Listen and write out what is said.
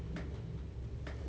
let me resubmit